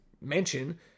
mention